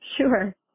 Sure